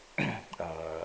err